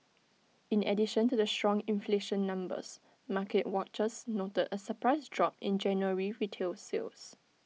in addition to the strong inflation numbers market watchers noted A surprise drop in January retail sales